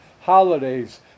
holidays